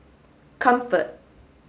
comfort